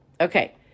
Okay